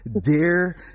Dear